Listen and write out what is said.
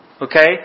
Okay